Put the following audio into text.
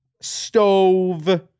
stove